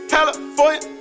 California